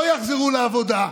ולא יחזרו לעבודה,